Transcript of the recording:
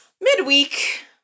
Midweek